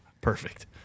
Perfect